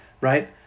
right